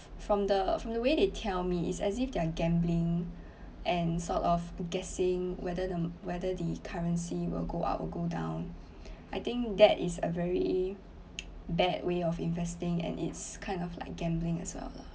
from the from the way they tell me it's actually they're gambling and sort of guessing whether the whether the currency will go up or go down I think that is a very bad way of investing and it's kind of like gambling as well lah